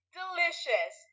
delicious